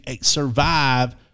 survive